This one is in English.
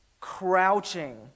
crouching